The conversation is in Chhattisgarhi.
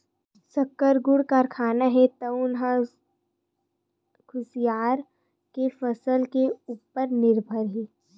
सक्कर, गुड़ कारखाना हे तउन ह कुसियार के फसल के उपर निरभर हे